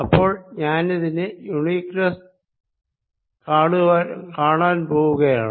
ഇപ്പോൾ ഞാനിതിനെ യൂണിക്നെസ്സ് കാണാൻ പോകുകയാണ്